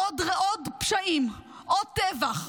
עוד פשעים, עוד טבח,